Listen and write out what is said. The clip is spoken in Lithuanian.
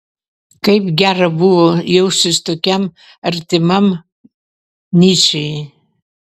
kaip gera buvo jaustis tokiam artimam nyčei